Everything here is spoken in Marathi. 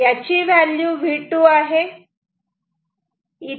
याची व्हॅल्यू V2 आहे